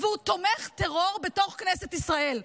והוא תומך טרור בתוך כנסת ישראל.